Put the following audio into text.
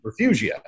refugia